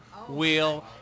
wheel